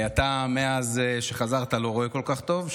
אתה, מאז שחזרת, לא רואה כל כך טוב.